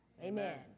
amen